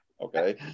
okay